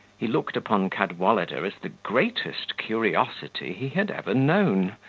he looked upon cadwallader as the greatest curiosity he had ever known,